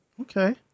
Okay